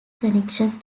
connection